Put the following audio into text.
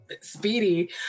Speedy